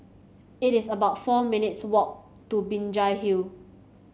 it is about four minutes' walk to Binjai Hill